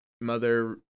mother